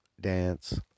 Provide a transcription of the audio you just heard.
dance